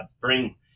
bring